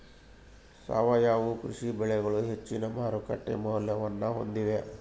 ಸಾವಯವ ಕೃಷಿ ಬೆಳೆಗಳು ಹೆಚ್ಚಿನ ಮಾರುಕಟ್ಟೆ ಮೌಲ್ಯವನ್ನ ಹೊಂದಿವೆ